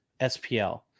SPL